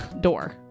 door